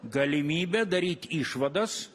galimybę daryt išvadas